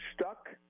stuck